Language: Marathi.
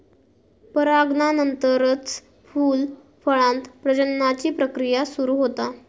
परागनानंतरच फूल, फळांत प्रजननाची प्रक्रिया सुरू होता